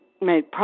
made